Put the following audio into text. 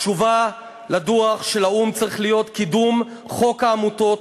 התשובה לדוח של האו"ם צריכה להיות קידום חוק העמותות,